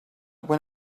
when